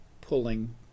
pulling